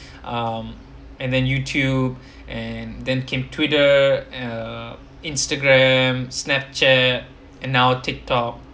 um and then youtube and then came twitter uh instagram snapchat and now tik tok